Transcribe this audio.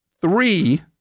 three